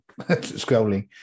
scrolling